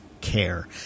care